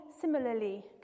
similarly